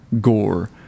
gore